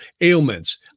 ailments